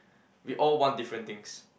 we all want different things